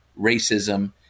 racism